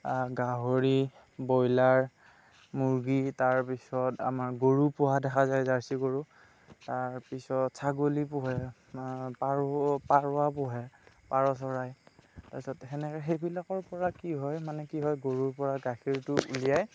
গাহৰি ব্ৰইলাৰ মুৰ্গী তাৰ পিছত আমাৰ গৰু পোহা দেখা যায় জাৰ্চি গৰু তাৰ পিছত ছাগলী পোহে পাৰব পাৰব পোহে পাৰ চৰাই তাৰ পিছত সেনেকে সেইবিলাকৰ পৰা কি হয় মানে কি গৰুৰ পৰা গাখীৰটো উলিয়াই